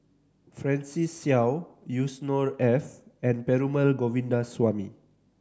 Francis Seow Yusnor Ef and Perumal Govindaswamy